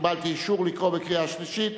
קיבלתי אישור להצביע בקריאה שלישית.